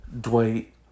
Dwight